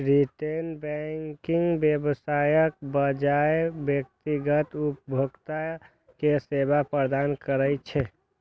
retail banking व्यवसायक बजाय व्यक्तिगत उपभोक्ता कें सेवा प्रदान करै छै